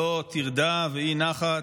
לא טרדה ואי-נחת.